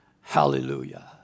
hallelujah